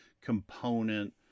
component